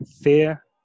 fear